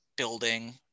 building